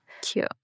Cute